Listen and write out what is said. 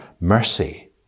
mercy